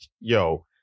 Yo